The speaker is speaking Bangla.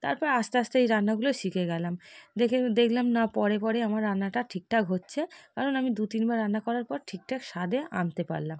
তারপর আস্তে আস্তে এই রান্নাগুলো শিখে গেলাম দেখে দেখলাম না পরে পরে আমার রান্নাটা ঠিকঠাক হচ্ছে কারণ আমি দু তিনবার রান্না করার পর ঠিকঠাক স্বাদে আনতে পারলাম